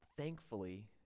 thankfully